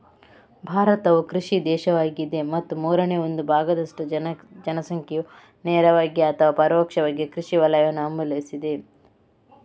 ಭಾರತವು ಕೃಷಿ ದೇಶವಾಗಿದೆ ಮತ್ತು ಮೂರನೇ ಒಂದು ಭಾಗದಷ್ಟು ಜನಸಂಖ್ಯೆಯು ನೇರವಾಗಿ ಅಥವಾ ಪರೋಕ್ಷವಾಗಿ ಕೃಷಿ ವಲಯವನ್ನು ಅವಲಂಬಿಸಿದೆ